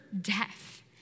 death